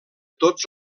tots